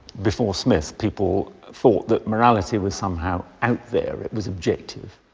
before smith, people thought that morality was somehow out there. it was objective.